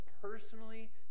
personally